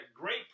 great